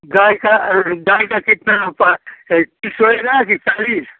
गाय का गाय का कितना हो पा तीस होएगा कि चालीस